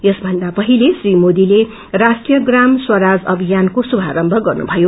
यसभन्दा पछिले श्री मोदीले राष्ट्रीय प्राम स्वराज अभियानको शुभारम्य गर्नुभयो